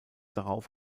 darauf